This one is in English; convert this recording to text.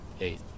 eight